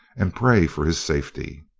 and pray for his safety.